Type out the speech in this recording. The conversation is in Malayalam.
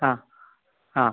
ആ ആ